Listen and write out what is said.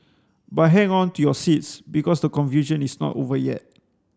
but hang on to your seats because the confusion is not over yet